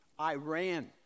Iran